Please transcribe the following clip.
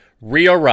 Rio